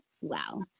Wow